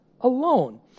alone